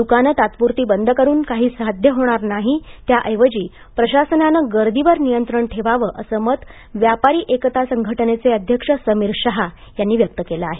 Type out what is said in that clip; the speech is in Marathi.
दुकानं तात्पुरती बंद करुन कांही साध्य होणार नाही त्याऐवजी प्रशासनानं गर्दीवर नियंत्रण ठेवावं असं मत व्यापारी एकता संघटनेचे अध्यक्ष समीर शहा यांनी व्यक्त केलं आहे